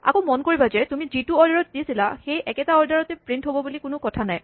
আকৌ মন কৰিবা যে তুমি যিটো অৰ্ডাৰত দিছিলা সেই একেটা অৰ্ডাৰতে প্ৰিন্ট হ'ব বুলি কোনো কথা নাই